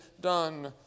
done